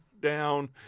down